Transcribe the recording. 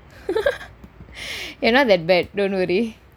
you not that bad don't worry